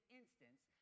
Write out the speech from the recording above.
instance